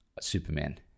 Superman